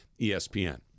ESPN